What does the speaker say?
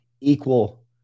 equal